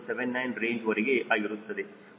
79 ರೇಂಜ್ವರೆಗೆ ಆಗಿರುತ್ತದೆ